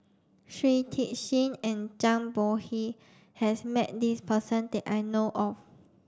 Shui Tit Sing and Zhang Bohe has met this person that I know of